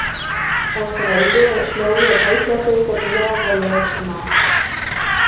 o sraigė šliaužia taip lėtai kad žiogą lėtina